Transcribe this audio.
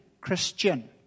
Christian